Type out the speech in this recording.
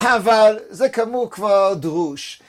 אבל זה כאמור כבר דרוש